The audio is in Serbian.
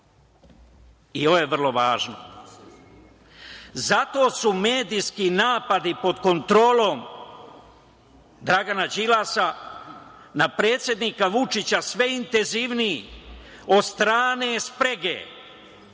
Ovo je vrlo važno, zato su medijski napadi pod kontrolom Dragana Đilasa, na predsednika Vučića sve intenzivniji od strane sprege